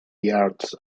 yards